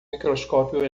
microscópio